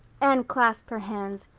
anne clasped her hands.